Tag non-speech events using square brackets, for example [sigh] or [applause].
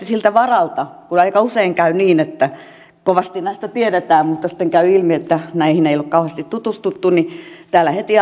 [unintelligible] siltä varalta kun aika usein käy niin että kovasti näistä tiedetään mutta sitten käy ilmi että näihin ei ole kauheasti tutustuttu täältä heti [unintelligible]